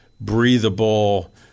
breathable